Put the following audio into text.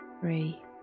three